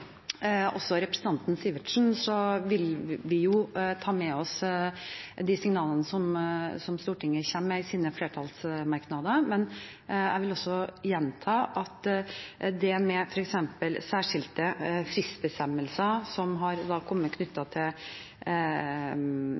representanten Sivertsen, vil vi ta med oss de signalene Stortinget kommer med i sine flertallsmerknader, men jeg vil også gjenta at det som har kommet om f.eks. særskilte fristbestemmelser